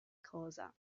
cosa